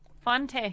Fonte